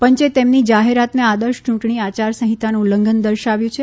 પંચે તેમની જાહેરાતને આદર્શ ચૂંટણી આચાર સંહિતાનું ઉલ્લંધન દર્શાવ્યું છે